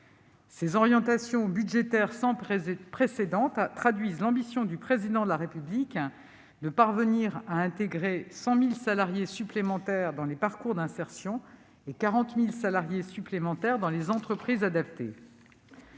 Ces orientations budgétaires sans précédent traduisent l'ambition du Président de la République de parvenir à intégrer 100 000 salariés supplémentaires dans les parcours d'insertion et 40 000 autres dans les entreprises adaptées.